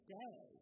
day